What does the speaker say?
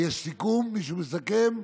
מישהו מסכם?